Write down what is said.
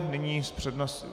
Nyní s přednostním...